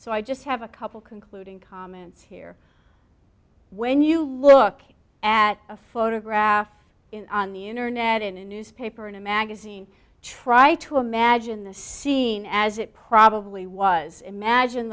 so i just have a couple concluding comments here when you look at a photograph in on the internet in a newspaper in a magazine try to imagine the scene as it probably was imagine